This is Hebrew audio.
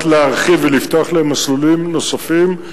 על מנת להרחיב ולפתוח להם מסלולים נוספים,